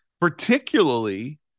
particularly